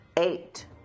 Eight